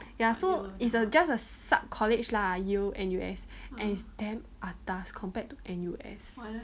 ya so it's just a sub college lah Yale N_U_S and it's damn atas compared to N_U_S